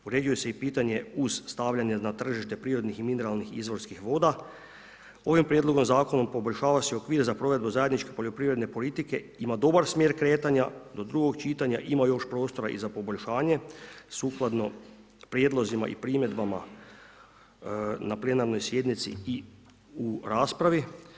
Uređuje se pitanje uz stavljanje na tržište, prirodnih i mineralnih izvorskih voda, ovim prijedlogom zakona poboljšava se okvir za provedbu zajedničke poljoprivrede politike, ima dobar smjer kretanja, do drugog čitanja ima još prostora za poboljšanje, sukladno prijedlozima i primjedbama na plenarnoj sjednici i u raspravi.